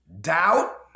doubt